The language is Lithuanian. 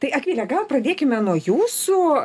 tai akvile gal pradėkime nuo jūsų